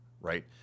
right